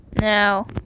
No